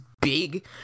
big